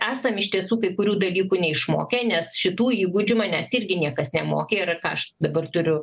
esam iš tiesų kai kurių dalykų neišmokę nes šitų įgūdžių manęs irgi niekas nemokė ir ką aš dabar turiu